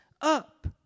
up